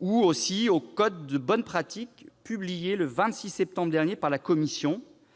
ou encore au code de bonnes pratiques publié le 26 septembre dernier par la Commission